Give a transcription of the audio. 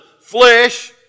flesh